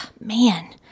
Man